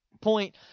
point